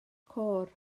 côr